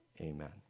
Amen